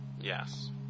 Yes